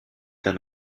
d’un